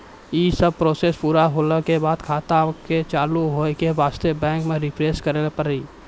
यी सब प्रोसेस पुरा होला के बाद खाता के चालू हो के वास्ते बैंक मे रिफ्रेश करैला पड़ी?